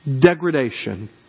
degradation